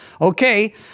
okay